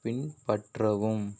பின்பற்றவும்